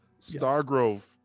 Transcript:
Stargrove